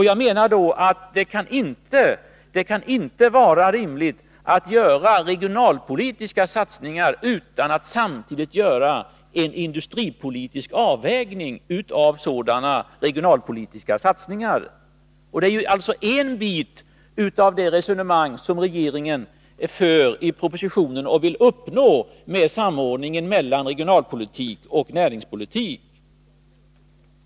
Jag menar att det inte kan vara rimligt att göra regionalpolitiska satsningar utan att samtidigt göra en industripolitisk avvägning av sådana satsningar. Det är en bit av det resonemang som regeringen för i propositionen för att uppnå en samordning mellan regionalpolitik och näringspolitik.